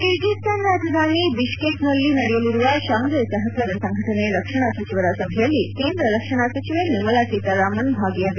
Kyrgyzstan ರಾಜಧಾನಿ ಬಿಷ್ಲೇಕ್ನಲ್ಲಿಂದು ನಡೆಯಲಿರುವ ಶಾಂಘೈ ಸಹಕಾರ ಸಂಘಟನೆ ರಕ್ಷಣಾ ಸಚಿವರ ಸಭೆಯಲ್ಲಿ ಕೇಂದ್ರ ರಕ್ಷಣಾ ಸಚಿವೆ ನಿರ್ಮಲಾ ಸೀತಾರಾಮನ್ ಭಾಗಿಯಾಗಲಿದ್ದಾರೆ